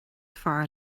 fearr